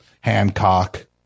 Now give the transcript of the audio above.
Hancock